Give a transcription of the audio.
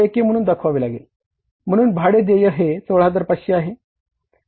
आपल्याला हे देयक म्हणून दाखवावे लागेल म्हणून भाडे देय हे 16500 आहे